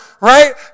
right